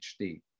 HD